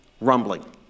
rumbling